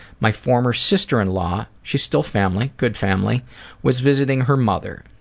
my former sister-in-law she's still family, good family was visiting her mother.